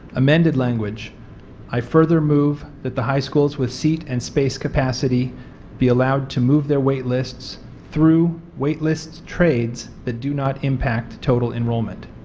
amended language i further move at the high schools with seat and space capacity be allowed to move their waitlist through waitlist trades that do not impact total enrollment.